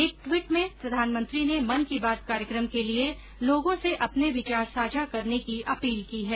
एक ट्वीट में प्रधानमंत्री ने मन की बात कार्यक्रम के लिए लोगों से अपने विचार साझा करने की अपील की है